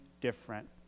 different